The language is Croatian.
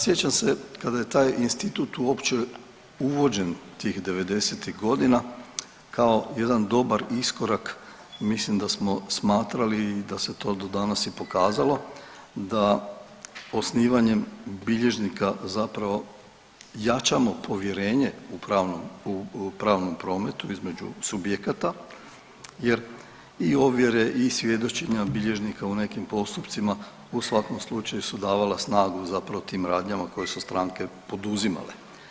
Sjećam se kada je taj institut uopće uvođen tih '90.-tih godina kao jedan dobar iskorak i mislim da smo smatrali i da se to do danas i pokazalo da osnivanjem bilježnika zapravo jačamo povjerenje u pravnom, u pravnom prometu između subjekata jer i ovjere i svjedočenja bilježnika u nekim postupcima u svakom slučaju su davala snagu zapravo tim radnjama koje su stranke poduzimale.